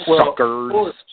Suckers